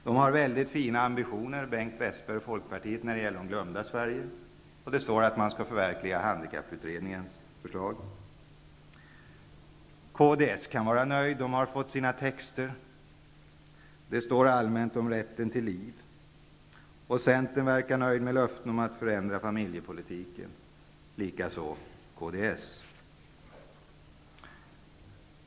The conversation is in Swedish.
De har fina ambitioner, Bengt Westerberg och Folkpartiet, när det gäller det glömda Sverige. Det står att man skall förverkliga Handikapputredningens förslag. I kds kan man vara nöjd. Partiet har fått sina texter. Det står allmänt om rätten till liv i regeringsförklaringen. I Centern verkar man vara nöjd med löftena om att förändra familjepolitiken, likaså inom kds.